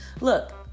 Look